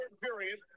period